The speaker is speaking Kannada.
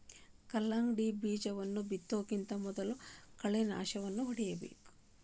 ಕಲ್ಲಂಗಡಿ ಬೇಜಾ ಬಿತ್ತುಕಿಂತ ಮೊದಲು ಕಳೆನಾಶಕವನ್ನಾ ಹೊಡಿಬೇಕ